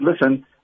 listen